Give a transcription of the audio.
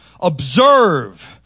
observe